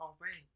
already